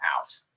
out